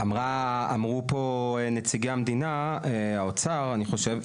אמרו פה נציגי המדינה, האוצר אני חושב.